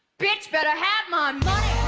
bitch better have my. um